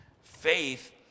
Faith